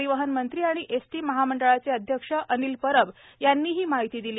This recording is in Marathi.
परिवहन मंत्री आणि एसटी महामंडळाचे अध्यक्ष अनिल परब यांनी ही माहिती दिली